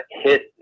hit